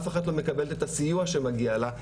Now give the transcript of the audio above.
אף אחת לא מקבלת את הסיוע שמגיע לה,